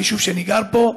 היישוב שאני גר בו.